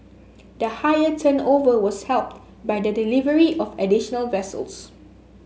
the higher turnover was helped by the delivery of additional vessels